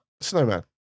snowman